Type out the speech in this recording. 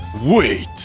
Wait